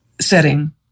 setting